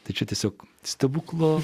tai čia tiesiog stebuklo